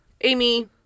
Amy